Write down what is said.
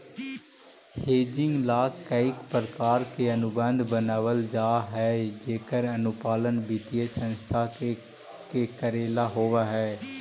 hedging ला कईक प्रकार के अनुबंध बनवल जा हई जेकर अनुपालन वित्तीय संस्था के कऽरेला होवऽ हई